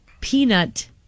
Peanut